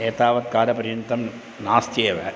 एतावत् कालपर्यन्तं नास्त्येव